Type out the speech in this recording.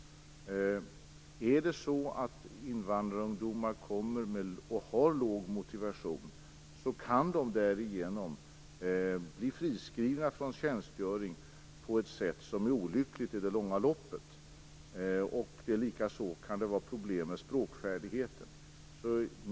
Om invandrarungdomar kommer dit och har låg motivation kan de därigenom bli friskrivna från tjänstgöring på ett sätt som är olyckligt i det långa loppet. Det kan även vara problem med språkfärdigheten.